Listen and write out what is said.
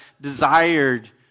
desired